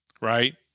Right